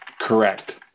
Correct